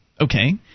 Okay